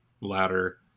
ladder